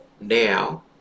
now